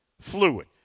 fluid